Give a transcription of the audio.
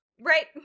Right